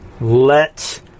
let